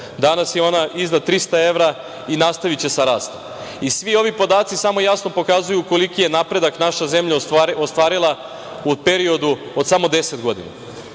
Danas je ona iznad 300 evra i nastaviće sa rastom. Svi ovi podaci samo jasno pokazuju koliki je napredak naša zemlja ostvarila u periodu od samo 10 godina.